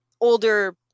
older